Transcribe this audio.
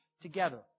together